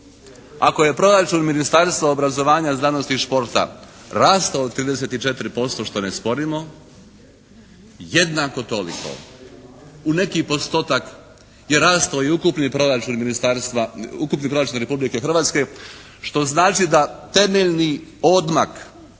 Ako je proračun Ministarstva obrazovanja, znanosti i športa rastao od 34% što ne sporimo jednako toliko u neki postotak je rastao i ukupni proračun Republike Hrvatske što znači da temeljni odmak